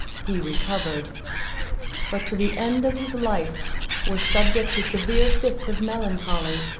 he recovered but to the end of his life was subject to severe fits of melancholy,